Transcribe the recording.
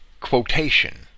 quotation